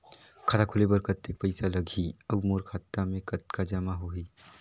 खाता खोले बर कतेक पइसा लगही? अउ मोर खाता मे कतका जमा होही?